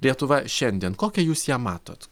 lietuva šiandien kokią jūs ją matot